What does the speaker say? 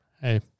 hey